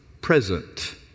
present